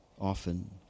often